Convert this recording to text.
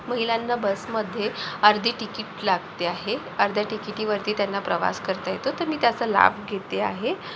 महिलांना बसमध्ये अर्धी तिकीट लागते आहे अर्ध्या तिकिटीवरती त्यांना प्रवास करता येतो तर मी त्याचा लाभ घेते आहे